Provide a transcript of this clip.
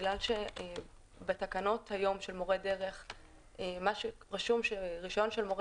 בגלל שבתקנות היום של מורי דרך רשום שרישיון של מורה